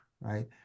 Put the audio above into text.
right